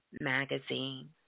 Magazine